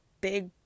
big